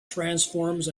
transforms